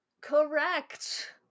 Correct